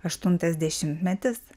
aštuntas dešimtmetis